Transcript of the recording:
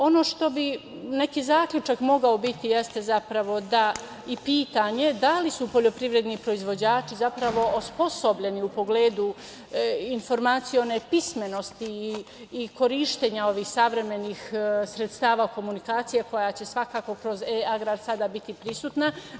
Ono što bi neki zaključak mogao biti i pitanje, jeste zapravo da li su poljoprivredni proizvođači, zapravo osposobljeni u pogledu informacija one pismenosti i korišćenja ovih savremenih sredstava komunikacije, koja će svakako kroz E-agrar sada biti prisutna.